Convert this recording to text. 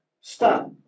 stop